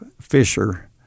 Fisher